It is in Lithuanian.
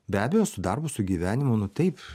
be abejo su darbo su gyvenimu nu taip